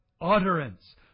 utterance